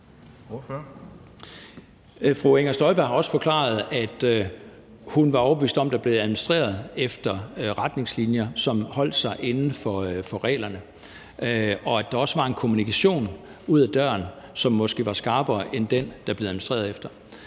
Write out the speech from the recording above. Fru Inger Støjberg har også forklaret, at hun var overbevist om, at der blev administreret efter retningslinjer, som holdt sig inden for reglerne, og at der også var en kommunikation ud ad døren, som måske var skarpere end det, der blev administreret efter.